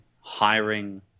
hiring